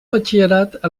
batxillerat